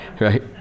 right